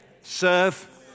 serve